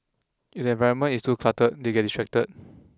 if the environment is too cluttered they get distracted